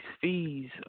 fees